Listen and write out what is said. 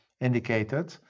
indicated